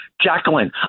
Jacqueline